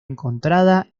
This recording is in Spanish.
encontrada